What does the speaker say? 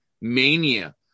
mania